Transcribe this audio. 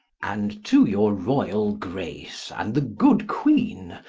and to your royall grace, and the good queen,